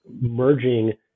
Merging